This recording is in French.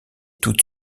toute